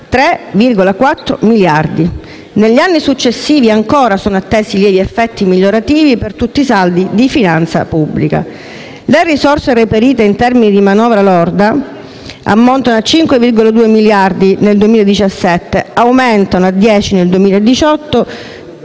(3,4 miliardi). Negli anni successivi sono attesi lievi effetti migliorativi per tutti i saldi di finanza pubblica. Le risorse reperite in termini di manovra lorda ammontano a 5,2 miliardi nel 2017, aumentano a 10,2